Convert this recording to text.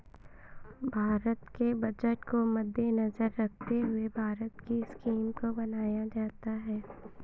भारत के बजट को मद्देनजर रखते हुए भारत की वित्तीय स्कीम को बनाया जाता है